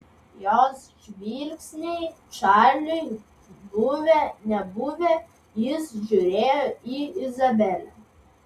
jos žvilgsniai čarliui buvę nebuvę jis žiūrėjo į izabelę